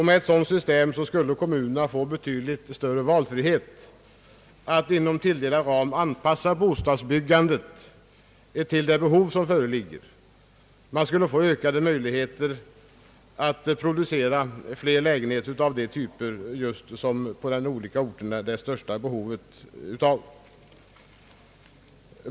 Med ett sådant system skulle kommunerna få betydligt större valfrihet att inom tilldelad ram anpassa bostadsbyggandet till de behov som föreligger. Man skulle få ökade möjligheter att producera flera lägenheter av de typer som det på de olika orterna föreligger störst behov av.